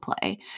play